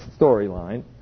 storyline